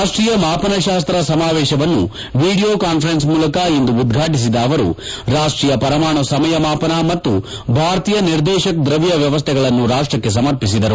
ರಾಷ್ಲೀಯ ಮಾಪನಶಾಸ್ತ ಸಮಾವೇಶವನ್ನು ವಿಡಿಯೋ ಕಾನ್ಪರೆನ್ಸ್ ಮೂಲಕ ಇಂದು ಉದ್ವಾಟಿಸಿ ಅವರು ರಾಷ್ಲೀಯ ಪರಮಾಣು ಸಮಯ ಮಾಪನ ಮತ್ತು ಭಾರತೀಯ ನಿರ್ದೇಶಕ್ ದ್ರವ್ಯ ವ್ಯವಸೈಗಳನ್ನು ರಾಷ್ಟಕ್ಕೆ ಸಮರ್ಪಿಸಿದರು